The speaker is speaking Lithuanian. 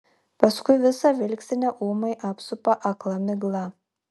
paskui visą vilkstinę ūmai apsupa akla migla